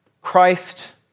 Christ